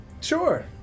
Sure